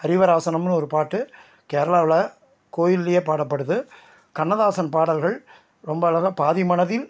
ஹரிவராசனம்னு ஒரு பாட்டு கேரளாவில் கோயில்லேயே பாடப்படுது கண்ணதாசன் பாடல்கள் ரொம்ப அழகா பாதி மனதில்